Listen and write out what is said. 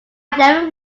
never